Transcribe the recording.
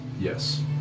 Yes